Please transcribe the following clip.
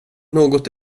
något